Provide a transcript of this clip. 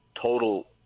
total